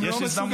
הם לא מסוגלים,